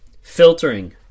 filtering